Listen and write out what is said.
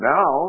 Now